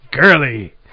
Girly